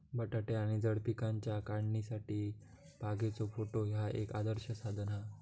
बटाटे आणि जड पिकांच्या काढणीसाठी बागेचो काटो ह्या एक आदर्श साधन हा